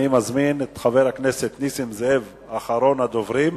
אני מזמין את חבר הכנסת נסים זאב, אחרון הדוברים,